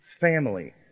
family